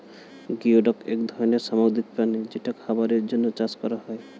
geoduck এক ধরনের সামুদ্রিক প্রাণী যেটা খাবারের জন্যে চাষ করা হয়